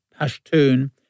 Pashtun